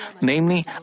namely